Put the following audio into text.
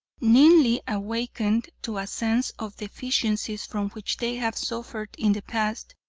keenly awakened to a sense of the deficiencies from which they have suffered in the past,